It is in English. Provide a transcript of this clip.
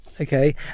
Okay